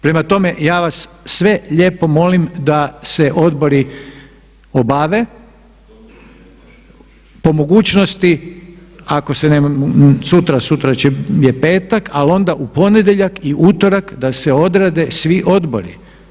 Prema tome, ja vas sve lijepo molim da se odbori obave, po mogućnosti ako se može, ne može sutra, sutra je petak ali onda u ponedjeljak i utorak da se odrade svi odbori.